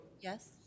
Yes